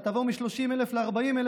אתה תעבור מ-30,000 ל-40,000,